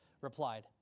Replied